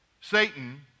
Satan